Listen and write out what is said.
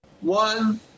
One